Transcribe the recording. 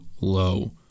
low